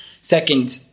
Second